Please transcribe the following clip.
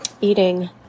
eating